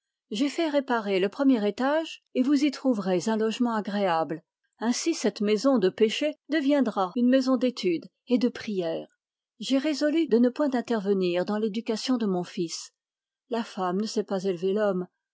j'ai fait réparer le premier étage et vous y trouverez un agréable logement ainsi cette maison du péché deviendra la maison de l'étude et de la prière j'ai résolu de ne point intervenir dans l'éducation de mon fils car la femme ne sait pas élever l'homme